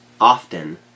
often